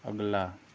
अगला